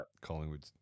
Collingwood